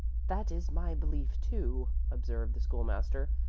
that is my belief, too, observed the school-master.